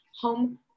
home